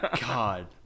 god